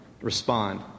respond